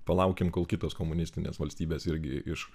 palaukim kol kitos komunistinės valstybės irgi iš